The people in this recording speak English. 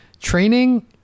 training